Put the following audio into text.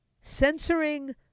censoring